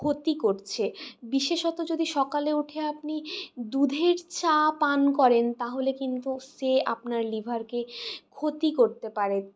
ক্ষতি করছে বিশেষত যদি সকালে উঠে আপনি দুধের চা পান করেন তাহলে কিন্তু সে আপনার লিভারকে ক্ষতি করতে পারে